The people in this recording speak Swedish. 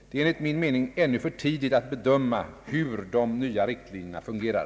Det är enligt min mening ännu för tidigt att bedöma hur de nya riktlinjerna fungerar.